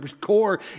core